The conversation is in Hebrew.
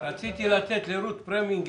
רציתי להציג את זה לרות פרימנגר,